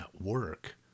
work